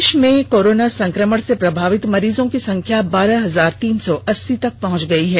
देशभर में कोरोना संक्रमण से प्रभावित मरीजों की संख्या बारह हजार तीन सौ अस्सी तक पहुंच गई है